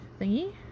thingy